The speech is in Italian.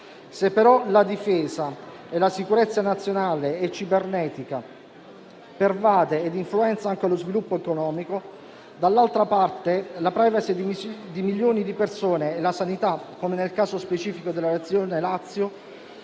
parte, la difesa e la sicurezza nazionale e cibernetica pervadono e influenzano anche lo sviluppo economico, dall'altra parte la *privacy* di milioni di persone e la sanità, come nel caso specifico della Regione Lazio,